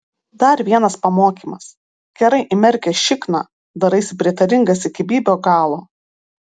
dar vienas pamokymas gerai įmerkęs šikną daraisi prietaringas iki bybio galo